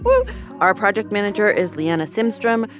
our project manager is liana simstrom.